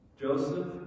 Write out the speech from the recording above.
Joseph